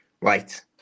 right